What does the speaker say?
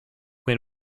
when